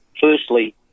Firstly